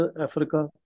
Africa